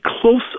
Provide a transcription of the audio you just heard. close